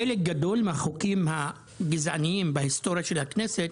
חלק גדול מהחוקים הגזעניים בהיסטוריה של הכנסת,